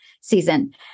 season